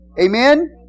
Amen